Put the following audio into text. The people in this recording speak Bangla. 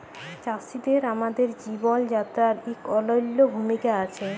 চাষীদের আমাদের জীবল যাত্রায় ইক অলল্য ভূমিকা আছে